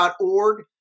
org